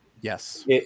Yes